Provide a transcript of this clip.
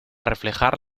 reflejar